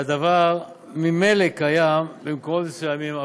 והדבר ממילא קיים במקומות מסוימים,